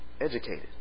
educated